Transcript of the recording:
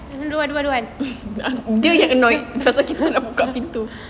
dia yang annoyed pasal kita tak buka pintu